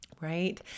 right